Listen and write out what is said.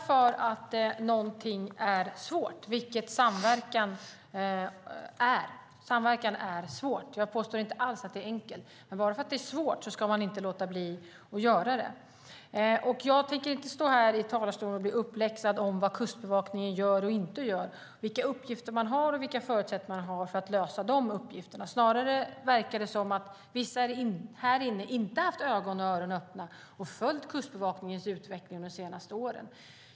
Fru talman! Samverkan är svårt - jag påstår inte alls att det är enkelt. Men bara för att någonting är svårt ska man inte låta bli att göra det. Jag tänker inte stå här i talarstolen och bli uppläxad om vad Kustbevakningen gör och inte gör, vilka uppgifter man har och vilka förutsättningar man har för att lösa de uppgifterna. Snarare verkar det som att vissa här inne inte har haft ögon och öron öppna och följt Kustbevakningens utveckling de senaste åren.